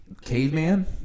caveman